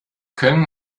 können